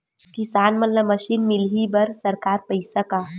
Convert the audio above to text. किसान मन ला मशीन मिलही बर सरकार पईसा का?